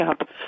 up